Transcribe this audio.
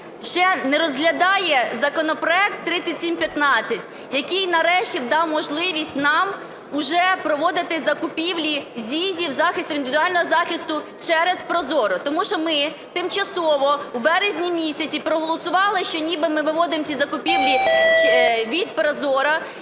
ще не розглядає законопроект 3715, який нарешті б дав можливість нам вже проводити закупівлі ЗІЗів (засобів індивідуального захисту) через ProZorro? Тому що ми тимчасово, в березні місяці проголосували, що ніби ми виводимо ці закупівлі від ProZorro